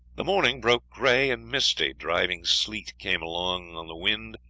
the morning broke gray and misty, driving sleet came along on the wind,